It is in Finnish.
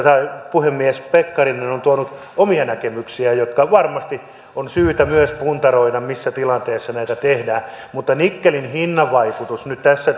puhemies pekkarinen on tuonut omia näkemyksiään jotka varmasti on syytä myös puntaroida missä tilanteessa näitä tehdään mutta nikkelin hinnan vaikutus nyt tässä